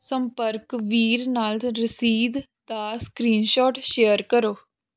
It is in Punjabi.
ਸੰਪਰਕ ਵੀਰ ਨਾਲ ਰਸੀਦ ਦਾ ਸਕ੍ਰੀਨਸ਼ੋਟ ਸ਼ੇਅਰ ਕਰੋ